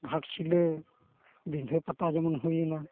ᱜᱷᱟᱴᱥᱤᱞᱟᱹ ᱵᱤᱸᱫᱷᱟᱹ ᱯᱟᱛᱟ ᱡᱮᱢᱚᱱ ᱦᱩᱭᱱᱟ